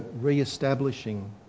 re-establishing